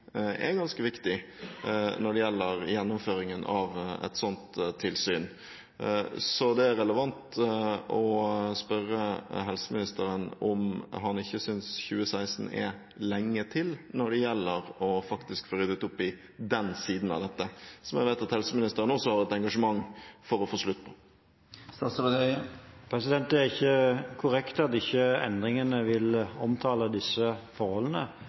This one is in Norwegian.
ganske viktig når det gjelder gjennomføringen av et sånt tilsyn. Så det er relevant å spørre helseministeren om han ikke synes 2016 er lenge til når det faktisk gjelder å få ryddet opp i den siden av dette, som jeg vet at helseministeren også har et engasjement for å få slutt på. Det er ikke korrekt at endringene ikke vil omtale disse forholdene.